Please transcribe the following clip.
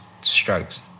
Strokes